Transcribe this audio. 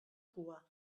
cua